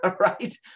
Right